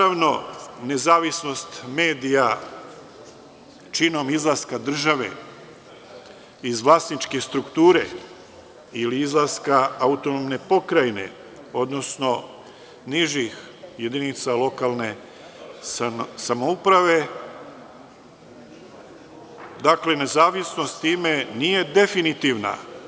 Naravno, nezavisnost medija, činom izlaska države iz vlasničke strukture ili izlaska AP, odnosno nižih jedinica lokalne samouprave, dakle, nezavisnost time nije definitivna.